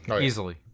Easily